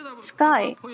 Sky